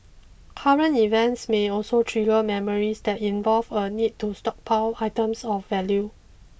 current events may also trigger memories that involve a need to stockpile items of value